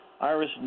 Iris